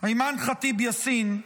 אימאן ח'טיב יאסין,